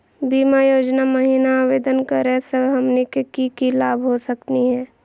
बीमा योजना महिना आवेदन करै स हमनी के की की लाभ हो सकनी हे?